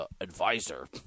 advisor